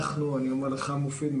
מופיד,